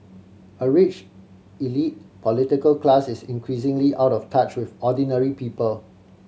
a rich elite political class is increasingly out of touch with ordinary people